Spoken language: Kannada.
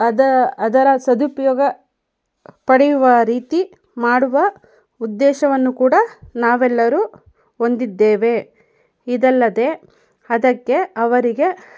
ಅದ ಅದರ ಸದುಪಯೋಗ ಪಡೆಯುವ ರೀತಿ ಮಾಡುವ ಉದ್ದೇಶವನ್ನು ಕೂಡ ನಾವೆಲ್ಲರೂ ಹೊಂದಿದ್ದೇವೆ ಇದಲ್ಲದೆ ಅದಕ್ಕೆ ಅವರಿಗೆ